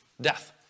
Death